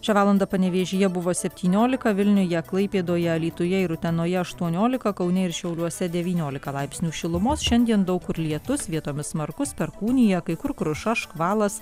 šią valandą panevėžyje buvo septyniolika vilniuje klaipėdoje alytuje ir utenoje aštuoniolika kaune ir šiauliuose devyniolika laipsnių šilumos šiandien daug kur lietus vietomis smarkus perkūnija kai kur kruša škvalas